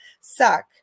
suck